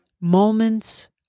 moments